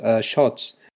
shots